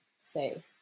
say